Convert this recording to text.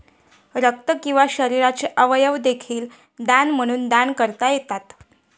रक्त किंवा शरीराचे अवयव देखील दान म्हणून दान करता येतात